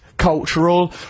Cultural